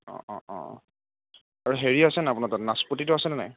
অঁ অঁ অঁ আৰু হেৰি আছে নে নাই আপোনাৰ তাত নাচপতিটো আছেনে নাই